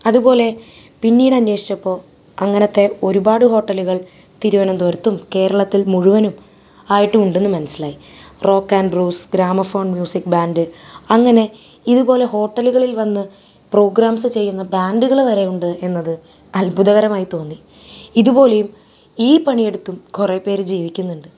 അതുപോലെ പിന്നീട് അന്വേഷിച്ചപ്പോൾ അങ്ങനത്തെ ഒരുപാട് ഹോട്ടലുകൾ തിരുവന്തപുരത്തും കേരളത്തിൽ മുഴുവനും ആയിട്ടും ഉണ്ടെന്ന് മനസ്സിലായി rock and rose gramophone music band അങ്ങനെ ഇതുപോലെ ഹോട്ടലുകളിൽ വന്ന് പ്രോഗ്രാംസ്സ് ചെയ്യുന്ന ബാൻഡുകള് വരെ ഉണ്ട് എന്നത് അത്ഭുതകരമായി തോന്നി ഇതുപോലെയും ഈ പണി എടുത്തും കുറെ പേര് ജീവിക്കുന്നുണ്ട്